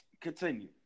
continue